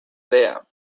there